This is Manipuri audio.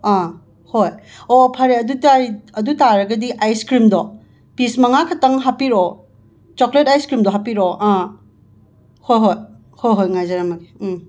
ꯑꯥ ꯍꯣꯏ ꯑꯣ ꯐꯔꯦ ꯑꯗꯨ ꯇꯥꯏ ꯑꯗꯨ ꯇꯥꯔꯒꯗꯤ ꯑꯥꯥꯏꯁꯀ꯭ꯔꯤꯝꯗꯣ ꯄꯤꯁ ꯃꯉꯥꯈꯛꯇꯪ ꯍꯥꯞꯄꯤꯔꯛꯑꯣ ꯆꯣꯀ꯭ꯂꯦꯠ ꯑꯥꯏꯁꯀ꯭ꯔꯤꯝꯖꯗꯣ ꯍꯥꯞꯄꯤꯔꯛꯑꯣ ꯑꯥ ꯍꯣꯏ ꯍꯣꯏ ꯍꯣꯏ ꯍꯣꯏ ꯉꯥꯏꯖꯔꯝꯃꯒꯦ ꯎꯝ